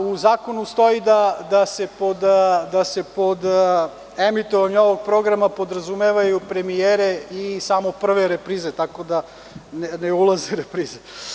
U zakonu stoji da se pod emitovanje ovog programa podrazumevaju premijere i samo prve reprize, tako da ne ulaze reprize.